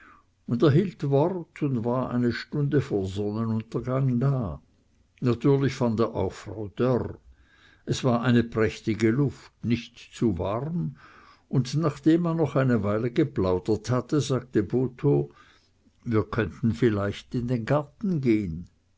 und er hielt wort und war eine stunde vor sonnenuntergang da natürlich fand er auch frau dörr es war eine prächtige luft nicht zu warm und nachdem man noch eine weile geplaudert hatte sagte botho wir könnten vielleicht in den garten gehen